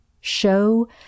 show